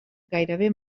gairebé